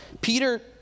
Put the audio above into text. Peter